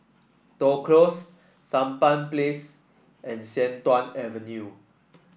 Toh Close Sampan Place and Sian Tuan Avenue